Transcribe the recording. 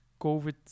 COVID